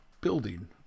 building